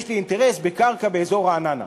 יש לי אינטרס בקרקע באזור רעננה.